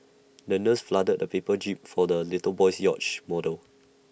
the nurse folded A paper jib for the little boy's yacht model